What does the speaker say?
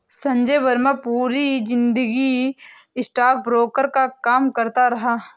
संजय वर्मा पूरी जिंदगी स्टॉकब्रोकर का काम करता रहा